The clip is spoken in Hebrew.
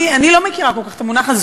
אני לא מכירה כל כך את המונח הזה,